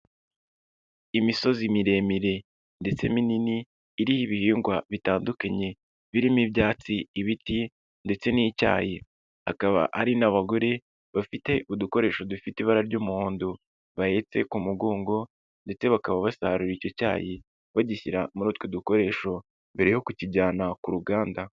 Imisozi miremire ndetse minini iriho ibihingwa bitandukanye birimo ibyatsi, ibiti, ndetse n'icyayi akaba ari n'abagore bafite udukoresho dufite ibara ry'umuhondo bayitse ku mugongo ndetse bakaba basarura icyo cyayi bagishyira muri utwo dukoresho mbere yo kukijyana ku ruganda.